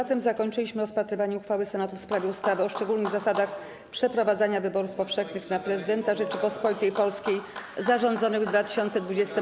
Na tym zakończyliśmy rozpatrywanie uchwały Senatu w sprawie ustawy o szczególnych zasadach przeprowadzania wyborów powszechnych na Prezydenta Rzeczypospolitej Polskiej zarządzonych w 2020 r.